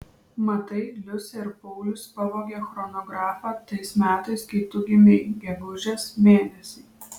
matai liusė ir paulius pavogė chronografą tais metais kai tu gimei gegužės mėnesį